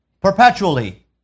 perpetually